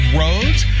roads